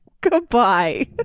Goodbye